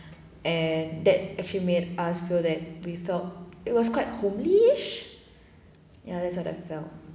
and that actually made us feel that we felt it was quite homelish ya that's what I felt